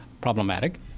problematic